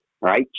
Right